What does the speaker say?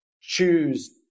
choose